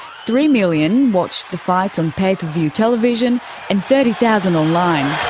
three million watched the fights on pay per view television and thirty thousand like